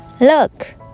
Look